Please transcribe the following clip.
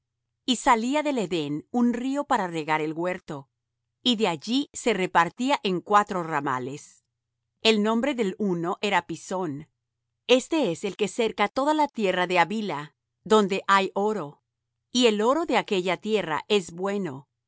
salía de edén un río para regar el huerto y de allí se repartía en cuatro ramales el nombre del uno era pisón éste es el que cerca toda la tierra de havilah donde hay oro y el oro de aquella tierra es bueno